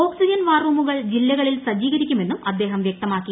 oxygen ward റൂമുകൾ ജില്ലകളിൽ സജീകരിക്കുമെന്നും അദ്ദേഹം വ്യക്തമാക്കി